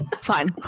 Fine